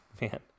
man